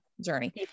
Journey